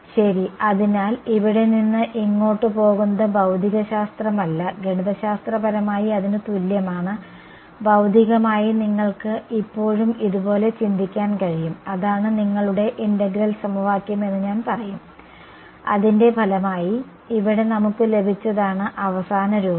ശരി അതിനാൽ ഇവിടെ നിന്ന് ഇങ്ങോട്ട് പോകുന്നത് ഭൌതികശാസ്ത്രമല്ല ഗണിതശാസ്ത്രപരമായി അതിന് തുല്യമാണ് ഭൌതികമായി നിങ്ങൾക്ക് ഇപ്പോഴും ഇതുപോലെ ചിന്തിക്കാൻ കഴിയും അതാണ് നിങ്ങളുടെ ഇന്റഗ്രൽ സമവാക്യം എന്ന് ഞാൻ പറയും അതിന്റെ ഫലമായി ഇവിടെ നമുക്ക് ലഭിച്ചതാണ് അവസാന രൂപം